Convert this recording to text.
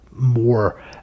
More